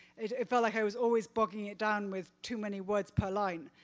it it felt like i was always bogging it down with too many words per line.